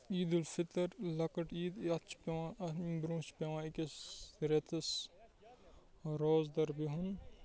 عیدالفطرلۄکٕٹۍ عید یَتھ چھُ پٮ۪وان اَمہِ برونٛہہ چھِ پٮ۪وان أکِس رٮ۪تَس روزدَر بِہُن